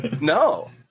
No